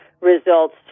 results